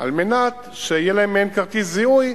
על מנת שיהיה להם מעין כרטיס זיהוי,